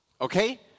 Okay